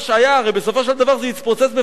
הרי בסופו של דבר זה יתפוצץ בפנינו.